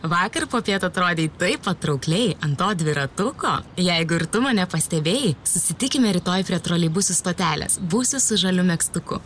vakar popiet atrodei taip patraukliai ant to dviratuko jeigu tu mane pastebėjai susitikime rytoj prie troleibusų stotelės būsiu su žaliu megztuku